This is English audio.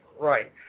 right